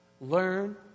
Learn